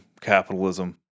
capitalism